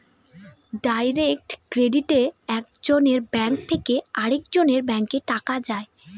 direct ক্রেডিটে এক জনের ব্যাঙ্ক থেকে আরেকজনের ব্যাঙ্কে টাকা যায়